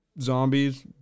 Zombies